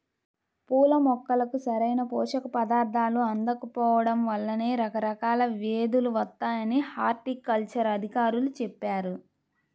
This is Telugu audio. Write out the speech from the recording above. పూల మొక్కలకు సరైన పోషక పదార్థాలు అందకపోడం వల్లనే రకరకాల వ్యేదులు వత్తాయని హార్టికల్చర్ అధికారులు చెప్పారు